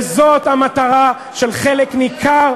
וזאת המטרה של חלק ניכר,